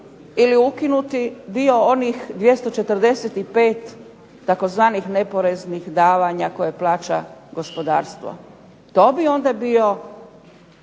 ili ukinuti dio onih 245 tzv. neporeznih davanja koje plaća gospodarstvo. To bi onda bio